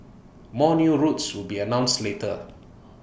more new routes will be announced later